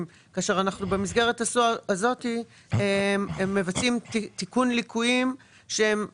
כאשר אנחנו במסגרת הזאת מבצעים תיקון ליקויים שהם הכרחיים.